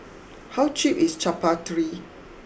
how cheap is Chaat Papri